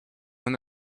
when